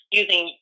using